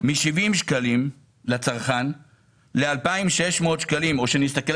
מ-70 שקלים לצרכן ל-2,600 שקלים או שנסתכל